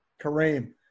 Kareem